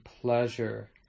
pleasure